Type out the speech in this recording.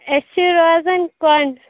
أسۍ چھِ روزان کۄنٛگ